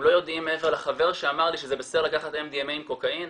הם לא יודעים מעבר לחבר שאמר שזה בסדר לקחת MDMA עם קוקאין,